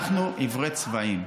אנחנו עיוורי צבעים.